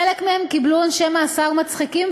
חלק מהם קיבלו עונשי מאסר מצחיקים,